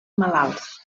malalts